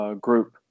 group